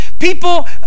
People